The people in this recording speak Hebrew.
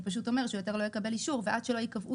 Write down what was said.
זה אומר שהוא יותר לא יקבל אישור ועד שלא יקבעו